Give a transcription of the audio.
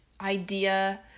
idea